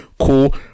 cool